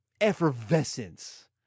effervescence